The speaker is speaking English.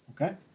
Okay